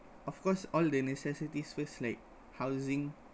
of course all the necessities first like housing